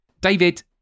David